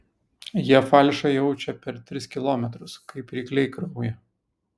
jie falšą jaučia per tris kilometrus kaip rykliai kraują